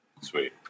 sweet